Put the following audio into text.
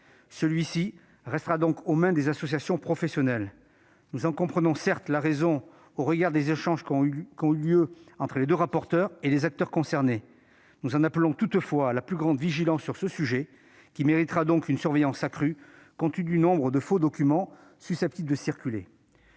Celui-ci restera donc aux mains des associations professionnelles. Nous en comprenons la raison au regard des échanges qu'ont eus les deux rapporteurs avec les acteurs concernés. Nous en appelons toutefois à la plus grande vigilance sur ce sujet, qui méritera une surveillance accrue compte tenu du nombre de faux documents susceptibles de circuler.